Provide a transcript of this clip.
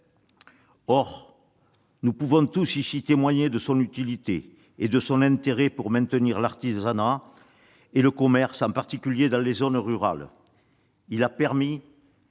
Or nous pouvons tous ici témoigner de l'utilité et de l'intérêt de ce fonds pour maintenir l'artisanat et le commerce, en particulier dans les zones rurales. Le